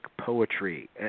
poetry